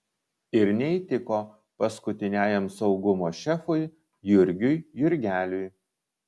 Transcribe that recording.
ir neįtiko paskutiniajam saugumo šefui jurgiui jurgeliui